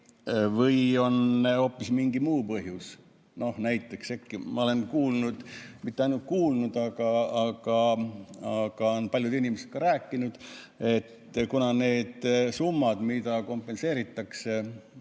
või on hoopis mingi muu põhjus? Noh, näiteks äkki. Ma olen kuulnud, mitte ainult kuulnud, aga paljud inimesed on ka rääkinud, et kuna need summad, mida kompenseeritakse,